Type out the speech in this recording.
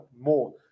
more